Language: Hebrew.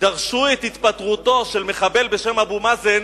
דרשו את התפטרותו של מחבל בשם אבו מאזן